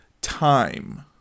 time